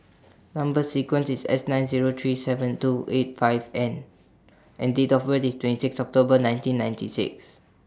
Number sequence IS S nine Zero three seven two eight five N and Date of birth IS twenty six October nineteen ninety six